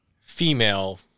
female